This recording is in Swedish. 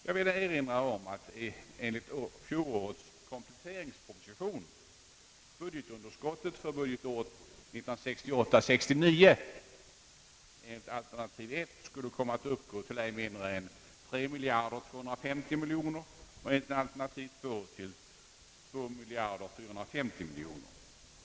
Jag vill erinra om att enligt fjolårets kompletteringsproposition budgetunderskottet för budgetåret 1968/69 efter alternativ 1 skulle komma att uppgå till ej mindre än 3250 000 000 kronor och efter alternativ 2 till 2 450 000 000 kronor.